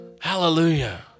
Hallelujah